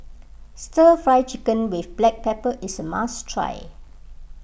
Stir Fry Chicken with Black Pepper is a must try